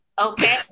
Okay